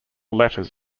letters